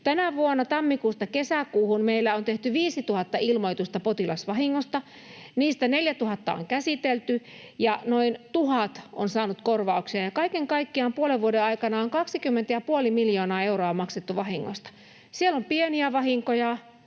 Tänä vuonna tammikuusta kesäkuuhun meillä on tehty 5 000 ilmoitusta potilasvahingoista. Niistä 4 000 on käsitelty ja noin 1 000 on saanut korvauksia. Kaiken kaikkiaan puolen vuoden aikana on 20,5 miljoonaa euroa maksettu vahingoista. Siellä on pieniä vahinkoja,